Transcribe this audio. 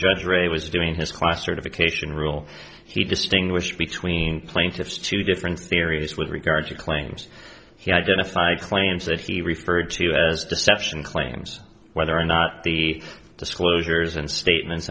judge ray was doing his class certification rule he distinguished between plaintiffs two different theories with regard to claims he identified claims that he referred to as deception claims whether or not the disclosures and statements